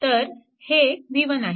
तर हे v1 आहे